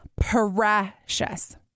precious